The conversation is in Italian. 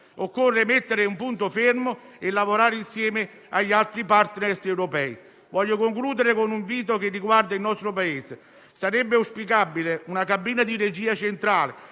Occorre mettere un punto fermo e lavorare insieme agli altri *partner* europei. Voglio concludere con un invito che riguarda il nostro Paese: sarebbe auspicabile una cabina di regia centrale